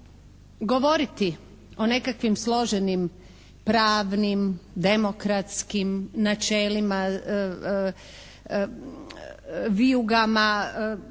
Govoriti o nekakvim složenim, pravnim, demokratskim načelima, vijugama,